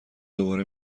دوباره